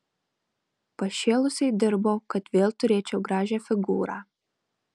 pašėlusiai dirbau kad vėl turėčiau gražią figūrą